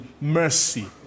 mercy